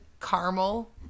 caramel